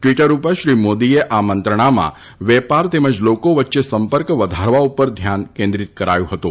Twitter પર શ્રી મોદીએ આ મંત્રણામાં વેપાર તેમજ લોકો વચ્ચે સંપર્ક વધારવા ઉપર ધ્યાન કેન્દ્રિત કરાયું હતું